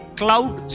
cloud